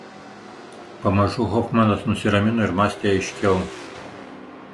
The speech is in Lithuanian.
pamažu hofmanas nusiramino ir mąstė aiškiau